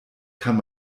kann